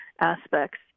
aspects